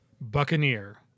Buccaneer